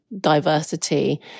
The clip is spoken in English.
diversity